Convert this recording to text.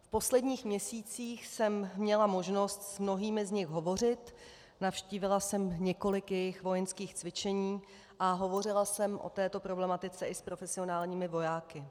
V posledních měsících jsem měla možnost s mnohými z nich hovořit, navštívila jsem několik jejich vojenských cvičení a hovořila jsem o této problematice i s profesionálními vojáky.